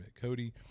Cody